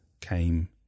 came